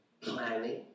planning